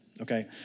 Okay